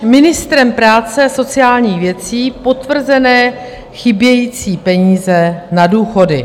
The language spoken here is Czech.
Ministrem práce a sociálních věcí potvrzené chybějící peníze na důchody.